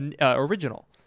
original